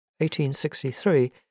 1863